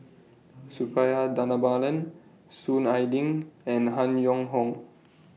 Suppiah Dhanabalan Soon Ai Ling and Han Yong Hong